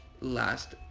last